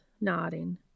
nodding